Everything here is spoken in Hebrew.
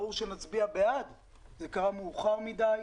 ברור שנצביע בעד זה קרה מאוחר מדי,